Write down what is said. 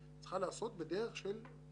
אתה מסמן את העובדה שזה קריטי